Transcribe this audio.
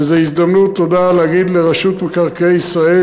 וזו הזדמנות להגיד תודה לרשות מקרקעי ישראל,